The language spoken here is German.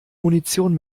munition